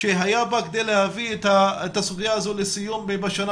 שהיה בה כדי להביא את הסוגיה הזו לסיום בשנה